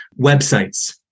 websites